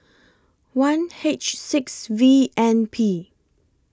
one H six V N P